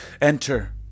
Enter